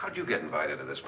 how'd you get invited to this